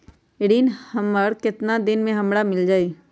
ऋण हमर केतना दिन मे हमरा मील जाई?